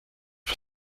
für